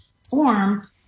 form